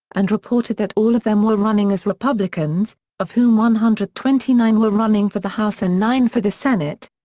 and reported that all of them were running as republicans of whom one hundred and twenty nine were running for the house and nine for the senate.